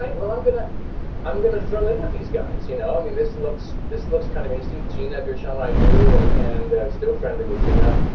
well, i'm going to i'm going to throw in with these guys, you know, i mean, this looks this looks kind of interesting. gina gershon, i knew and and still friendly with gina,